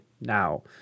now